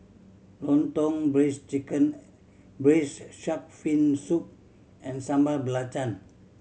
Lontong braised chicken Braised Shark Fin Soup and Sambal Belacan